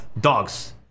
dogs